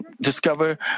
discover